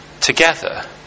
together